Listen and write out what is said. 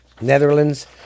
Netherlands